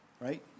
right